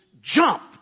jump